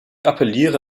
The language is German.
appelliere